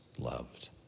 loved